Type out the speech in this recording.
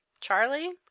charlie